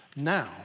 Now